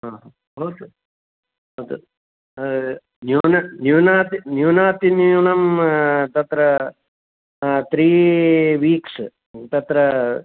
हा भवतु न्यूनं न्यूनाति न्यूनातिन्यूनं तत्र त्री वीक्स् तत्र